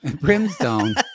Brimstone